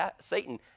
Satan